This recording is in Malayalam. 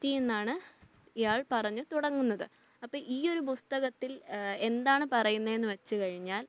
പറ്റിയെന്നാണ് ഇയാൾ പറഞ്ഞു തുടങ്ങുന്നത് അപ്പോള് ഈയൊരു പുസ്തകത്തിൽ എന്താണ് പറയുന്നതെന്നു വച്ചു കഴിഞ്ഞാൽ